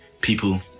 people